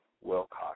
Wilcox